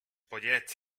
pollets